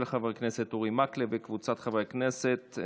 של חבר הכנסת אורי מקלב וקבוצת חברי הכנסת.